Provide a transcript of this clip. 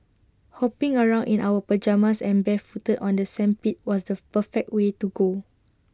hopping around in our pyjamas and barefooted on the sandpit was the perfect way to go